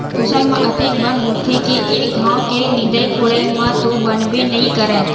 फसल म अतेक बन होथे के एक घांव के निंदई कोड़ई म तो बनबे नइ करय